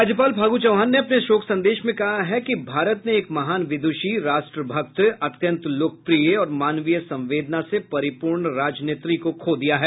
राज्यपाल फागू चौहान ने अपने शोक संदेश में कहा है कि भारत ने एक महान विदूषी राष्ट्रभक्त अत्यंत लोकप्रिय और मानवीय संवेदना से परिपूर्ण राजनेत्री को खो दिया है